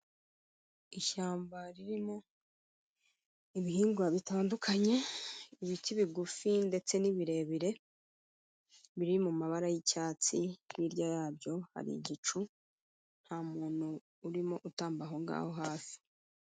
Ishyamba ririmo ibihingwa bitandukanye, ibiti bigufi ndetse n'ibirebire, biri mu mabara y'icyatsi . Hirya yabyo hari igicu, nta muntu urimo utamba aho ngaho hafi.